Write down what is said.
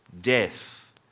death